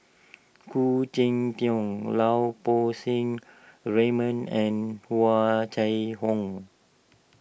Khoo Cheng Tiong Lau Poo Seng Raymond and Hua Chai Hong